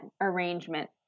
arrangement